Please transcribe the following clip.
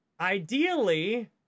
ideally